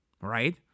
right